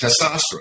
testosterone